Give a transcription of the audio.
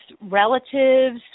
relatives